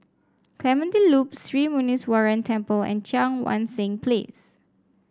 Clementi Loop Sri Muneeswaran Temple and Cheang Wan Seng Place